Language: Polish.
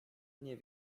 nie